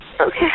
Okay